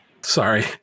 sorry